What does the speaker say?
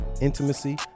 intimacy